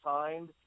signed